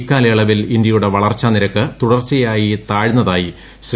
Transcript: ഇക്കാലയളവിൽ ഇന്ത്യയുടെ വളർച്ചാ നിരക്ക് തുടർച്ചയായി താഴ്ന്നതായി ശ്രീ